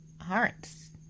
hearts